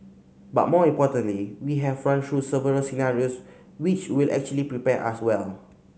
but more importantly we have run through several scenarios which will actually prepare us well